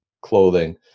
clothing